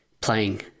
playing